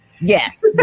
Yes